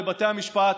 לבתי המשפט,